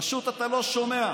פשוט אתה לא שומע,